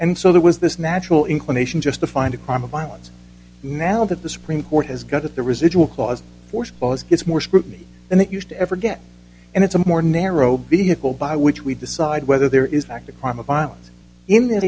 and so there was this natural inclination just to find a crime of violence now that the supreme court has got that the residual clause force always gets more scrutiny than it used to ever get and it's a more narrow be able by which we decide whether there is active crime of violence in that